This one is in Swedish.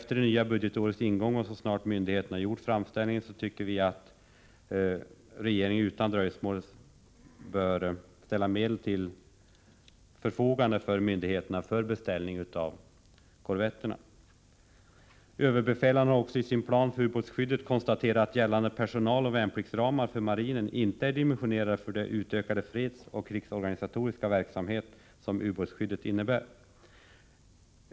Efter det nya budgetårets ingång och så snart myndigheterna gjort sin framställning tycker vi att regeringen utan dröjsmål bör ställa medel till förfogande för myndigheterna för beställning av korvetterna. Överbefälhavaren har också i sin plan för ubåtsskyddet konstaterat att gällande personaloch värnpliktsramar för marinen inte är dimensionerade för den utökade fredsoch krigsorganisatoriska verksamhet som ubåtsskyddet innebär.